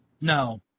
No